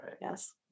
Yes